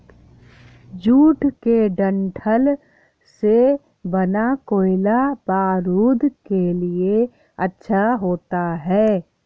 jute के डंठल से बना कोयला बारूद के लिए अच्छा होता है